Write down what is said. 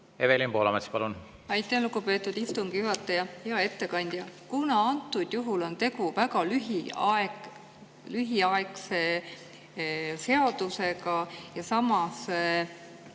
Evelin Poolamets, palun! Aitäh, lugupeetud istungi juhataja! Hea ettekandja! Antud juhul on tegu väga lühiaegse seadusega ja samas,